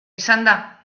izanda